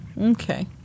okay